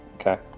Okay